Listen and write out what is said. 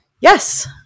yes